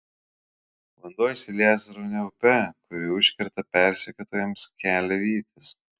vanduo išsilieja sraunia upe kuri užkerta persekiotojams kelią vytis